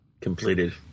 completed